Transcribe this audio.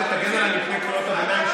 שתגן עליי מפני קריאות הביניים,